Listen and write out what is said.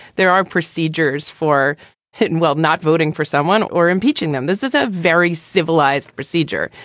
there are procedures for hidden well, not voting for someone or impeaching them. this is a very civilized procedure.